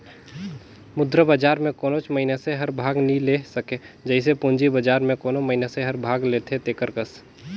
मुद्रा बजार में कोनोच मइनसे हर भाग नी ले सके जइसे पूंजी बजार में कोनो मइनसे हर भाग लेथे तेकर कस